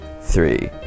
three